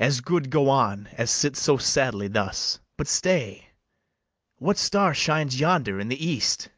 as good go on, as sit so sadly thus but stay what star shines yonder in the east?